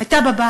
היא הייתה בבית.